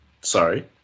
sorry